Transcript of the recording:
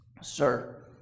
sir